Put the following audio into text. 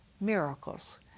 Miracles